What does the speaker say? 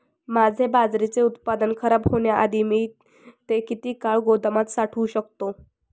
माझे बाजरीचे उत्पादन खराब होण्याआधी मी ते किती काळ गोदामात साठवू शकतो?